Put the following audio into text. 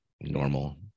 normal